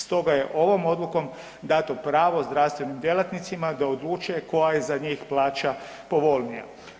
Stoga je ovom odlukom dato pravo zdravstvenim djelatnicima da odluče koja je za njih plaća povoljnija.